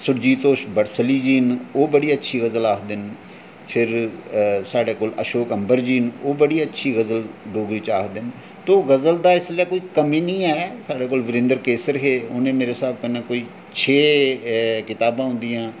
सुरजीत होश बड़सली जी न ओह् बड़ी अच्छी गज़ल आखदे न ओह् साढ़े कोल अशोक अंबर जी न ओह् बड़ी अच्छी गज़ल डोगरी च आखदे न तो गज़ल दा इसलै कोई कमी निं ऐ साढ़े कोल वीरेंद्रकेसर होर हे उ'नें मेरे स्हाब कन्नै कोई छे कताबां उ'दियां